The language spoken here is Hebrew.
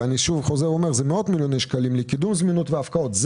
אני חוזר ואומר שאלה מאות מיליוני שקלים לקידום זמינות והפקעות.